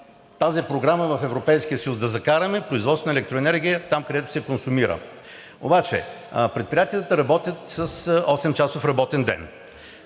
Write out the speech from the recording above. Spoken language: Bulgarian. тази програма в Европейския съюз – да закараме производството на електроенергия там, където се консумира. Обаче предприятията работят с 8-часов работен ден,